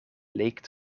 leek